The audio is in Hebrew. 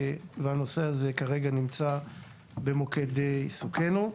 והנושא הזה כרגע נמצא במוקד עיסוקנו.